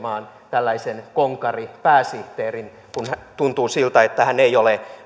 tällaista konkaripääsihteeriä kun tuntuu siltä että hän ei ole